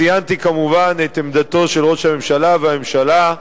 ציינתי, כמובן, את העמדה של ראש הממשלה והממשלה,